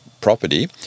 property